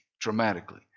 dramatically